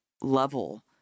level